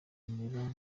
nimero